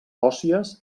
òssies